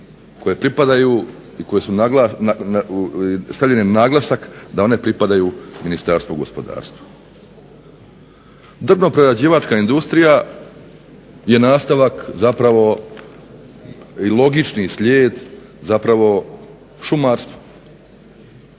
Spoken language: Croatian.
kojoj pripadaju i stavljen je naglasak da one pripadaju Ministarstvu gospodarstva. Drvno-prerađivačka industrija je nastavak zapravo i logični slijed zapravo šumarstva.